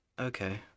okay